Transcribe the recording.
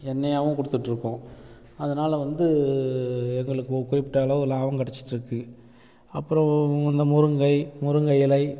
எண்ணெயாகவும் கொடுத்துட்ருக்கோம் அதனால வந்து எங்களுக்கு ஒரு குறிப்பிட்ட அளவு லாபம் கிடைச்சிட்ருக்கு அப்பறம் இந்த முருங்கை முருங்கை இலை